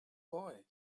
boy